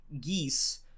Geese